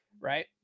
right